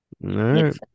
right